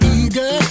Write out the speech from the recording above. eager